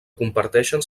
comparteixen